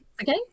Okay